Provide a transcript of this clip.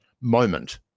moment